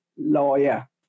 lawyer